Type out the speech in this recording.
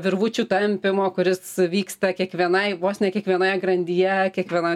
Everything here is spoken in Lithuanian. virvučių tempimo kuris vyksta kiekvienai vos ne kiekvienoje grandyje kiekviena